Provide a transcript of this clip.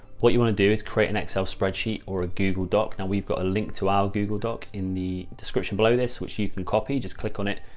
what you want to do is create an excel spreadsheet or a google doc. now we've got a link to our google doc in the description below this, which you can copy, just click on it,